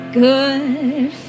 good